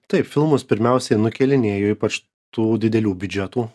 taip filmus pirmiausiai nukėlinėjo ypač tų didelių biudžetų